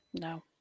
No